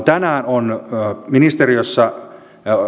tänään on ministeriössä